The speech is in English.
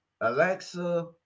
alexa